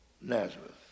Nazareth